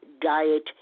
diet